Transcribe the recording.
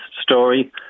story